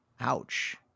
Ouch